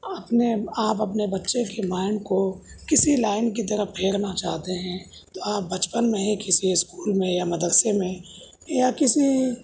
اپنے آپ اپنے بچے کی مائنڈ کو کسی لائن کی طرف پھیرنا چاہتے ہیں تو آپ بچپن میں ہی کسی اسکول میں یا مدرسہ میں یا کسی